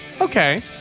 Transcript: Okay